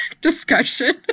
discussion